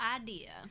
idea